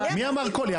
אבל מי אמר כל?